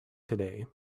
today